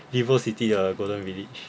VivoCity 的 Golden Village